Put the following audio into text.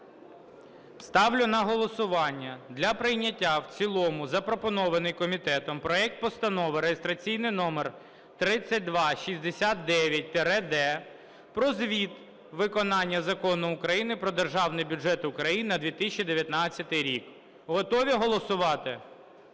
Ставлю на голосування для прийняття в цілому запропонований комітетом проект Постанови (реєстраційний номер 3269-д) про звіт виконання Закону України "Про Державний бюджет України на 2019 рік". Готові голосувати?